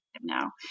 now